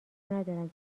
ندارم